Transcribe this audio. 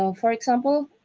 um for example,